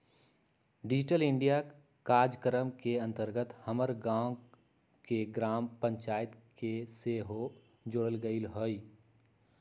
digital India काजक्रम के अंतर्गत हमर गाम के ग्राम पञ्चाइत के सेहो जोड़ल गेल हइ